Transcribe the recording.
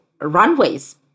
runways